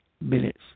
minutes